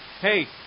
hey